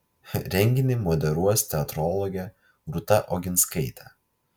renginį moderuos teatrologė rūta oginskaitė